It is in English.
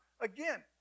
Again